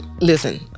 Listen